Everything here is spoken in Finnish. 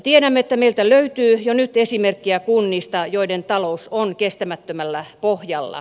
tiedämme että meiltä löytyy jo nyt esimerkkejä kunnista joiden talous on kestämättömällä pohjalla